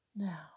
Now